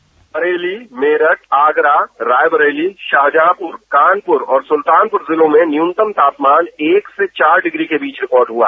एक रिपोर्ट बरेली मेरठ आगरा रायबरेली शाहजहापुर कानपुर और सुलतानपुर जिलों में न्यूनतम तापमान एक से चार डिग्री के बीच रिकॉर्ड हुआ